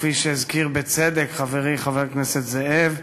וכפי שהזכיר בצדק חברי חבר הכנסת זאב,